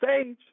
stage